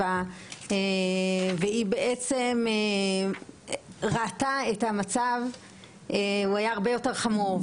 והיא ראתה את המצב שהיה הרבה יותר חמור,